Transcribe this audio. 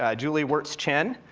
ah julie wertz chen,